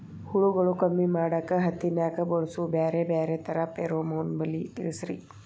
ಹುಳುಗಳು ಕಮ್ಮಿ ಮಾಡಾಕ ಹತ್ತಿನ್ಯಾಗ ಬಳಸು ಬ್ಯಾರೆ ಬ್ಯಾರೆ ತರಾ ಫೆರೋಮೋನ್ ಬಲಿ ತಿಳಸ್ರಿ